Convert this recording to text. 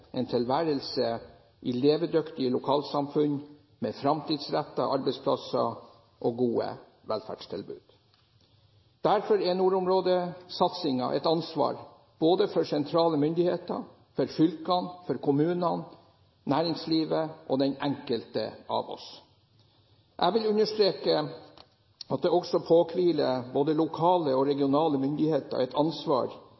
en tilværelse i levedyktige lokalsamfunn, med fremtidsrettede arbeidsplasser og gode velferdstilbud. Derfor er nordområdesatsingen et ansvar for både sentrale myndigheter, fylkene, kommunene, næringslivet og den enkelte av oss. Jeg vil understreke at det også påhviler både lokale og